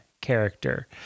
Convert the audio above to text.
character